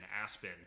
Aspen